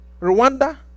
Rwanda